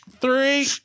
three